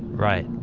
right!